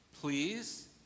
Please